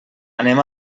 anem